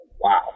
Wow